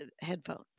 Headphones